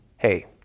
Hey